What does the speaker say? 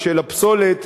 ושהפסולת,